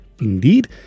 Indeed